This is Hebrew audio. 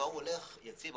הלך יציב.